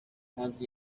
umuhanzi